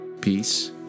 Peace